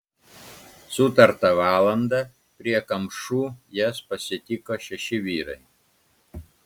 sutartą valandą prie kamšų jas pasitiko šeši vyrai